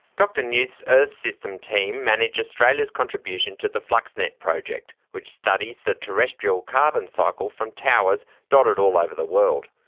dr newth's earth system team manage australia's contribution to the fluxnet project, which studies the terrestrial carbon cycle from towers dotted all over the world.